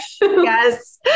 Yes